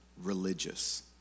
religious